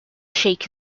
shake